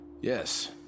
Yes